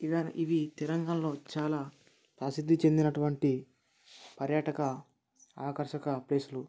ఇదా ఇవి తెలంగాణలో చాలా ప్రసిద్ధి చెందినటువంటి పర్యాటక ఆకర్షక ప్లేస్లు